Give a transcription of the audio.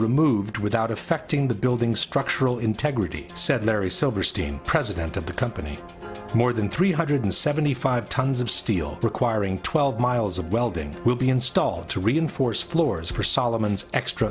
removed without affecting the building structural integrity said larry silverstein president of the company more than three hundred seventy five tons of steel requiring twelve miles of welding will be installed to reinforce floors for solomon's extra